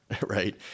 right